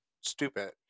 stupid